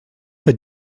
for